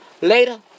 later